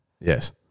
Yes